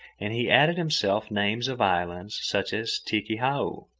and he added himself names of islands such as tikihau,